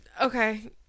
Okay